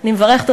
קטנונית,